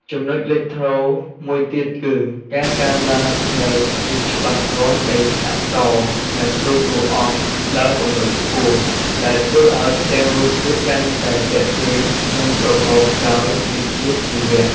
ចំណុចលេចធ្លោមួយទៀតគឺ ការកើនឡើងនូវភាពច្បាស់លាស់នៃអក្សរ និងរូបតួអង្គដល់កម្រិតខ្ពស់ ដែលធ្វើឲ្យផ្ទាំងរូបភាពកាន់តែទាក់ទាញ និងប្រកបដោយវិជ្ជាជីវៈ។